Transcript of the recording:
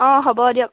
অঁ হ'ব দিয়ক